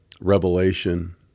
revelation